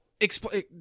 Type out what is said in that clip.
explain